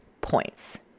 points